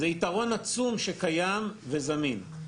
זה יתרון עצום שקיים וזמין.